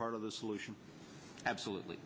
part of the solution absolutely